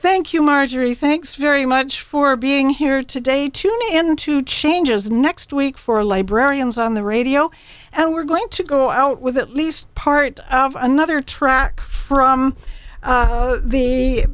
thank you marjorie thanks very much for being here today to me and to changes next week for librarians on the radio and we're going to go out with at least part of another track from